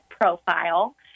profile